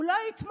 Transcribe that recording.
הוא לא יתמוך,